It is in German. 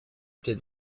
den